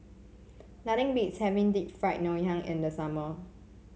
nothing beats having Deep Fried Ngoh Hiang in the summer